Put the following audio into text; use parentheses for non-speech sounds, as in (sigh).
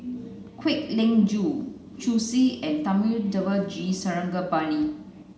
(noise) Kwek Leng Joo Zhu (unintelligible) and Thami (unintelligible) G Sarangapani